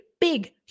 big